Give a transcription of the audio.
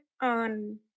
On